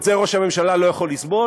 את זה ראש הממשלה לא יכול לסבול,